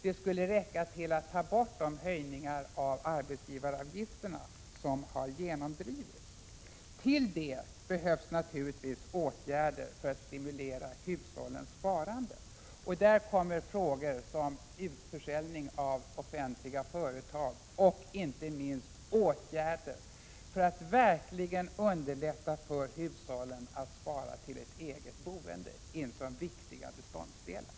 Det skulle också räcka till för att ta bort de höjningar av arbetsgivaravgifterna som har genomdrivits. Därtill behövs det naturligtvis åtgärder för att stimulera hushållens sparande. Där kommer frågor som utförsäljning av offentliga företag och inte minst åtgärder för att verkligen underlätta för hushållen att spara till ett eget boende in som viktiga beståndsdelar.